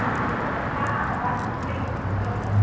अस्तु ताः Bata company पादरक्षाः